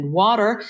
water